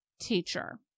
teacher